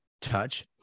touch